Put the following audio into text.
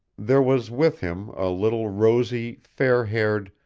there was with him a little rosy, fair-haired,